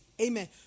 Amen